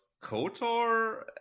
KOTOR